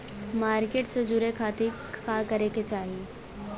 Market से जुड़े खाती का करे के चाही?